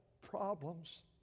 problems